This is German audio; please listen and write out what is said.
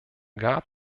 gab